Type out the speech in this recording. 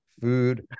food